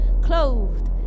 Clothed